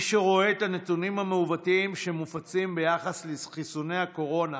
מי שרואה את הנתונים המעוותים שמופצים ביחס לחיסוני הקורונה